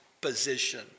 position